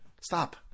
Stop